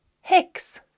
hex